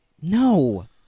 No